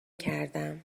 کردم